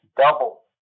double